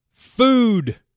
Food